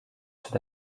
sud